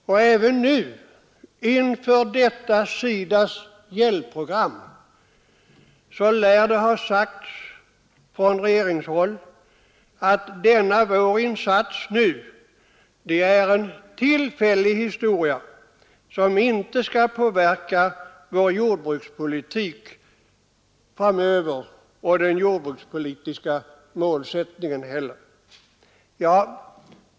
Och även inför SIDA:s nu aktuella hjälpprogram lär det ha sagts från regeringshåll att denna vår insats är en tillfällig historia som inte skall påverka vår jordbrukspolitik framöver och inte heller den jordbrukspolitiska målsättningen.